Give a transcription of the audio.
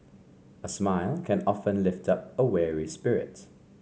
a smile can often lift up a weary spirit